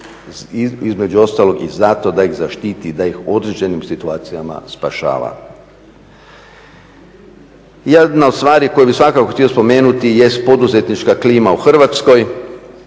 između ostalog i zato da ih zaštiti, da ih u određenim situacijama spašava. Jedna od stvari koju bih svakako htio spomenuti jest poduzetnička klima u Hrvatskoj